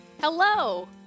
Hello